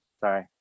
Sorry